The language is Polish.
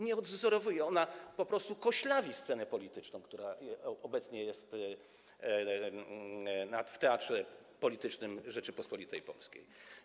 Nie odwzorowuje ona stanu, ona po prostu koślawi scenę polityczną, która obecnie jest w teatrze politycznym Rzeczypospolitej Polskiej.